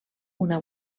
una